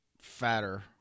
fatter